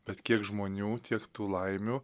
bet kiek žmonių tiek tų laimių